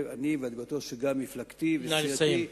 ואני בטוח שגם מפלגתי וסיעתי,